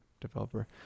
developer